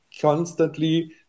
constantly